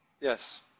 Yes